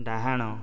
ଡାହାଣ